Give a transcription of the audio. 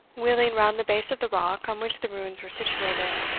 wheeling around the base of the rock on which the ruins were situated,